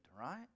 right